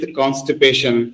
constipation